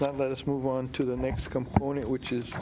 that let us move on to the next component which is